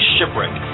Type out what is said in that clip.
Shipwreck